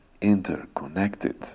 interconnected